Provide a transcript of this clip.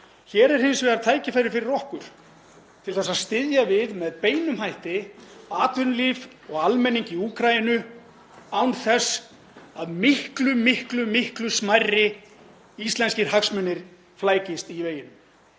Hér er hins vegar tækifæri fyrir okkur til þess að styðja við með beinum hætti atvinnulíf og almenning í Úkraínu án þess að miklu, miklu smærri íslenskir hagsmunir flækist í veginum.